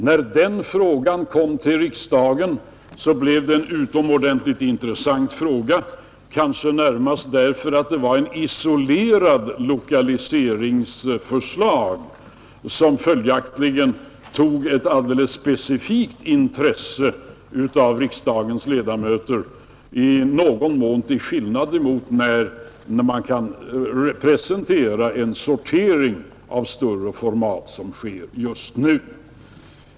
När den frågan kom till riksdagen blev den utomordentligt intressant, kanske närmast därför att det var ett isolerat lokaliseringsförslag, som följaktligen föranledde ett alldeles specifikt intresse bland riksdagens ledamöter, i någon mån till skillnad mot när man kan presentera en sortering av större format som sker just nu.